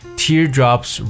teardrops